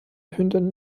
hündin